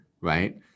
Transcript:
right